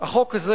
החוק הזה